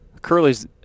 Curly's